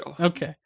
Okay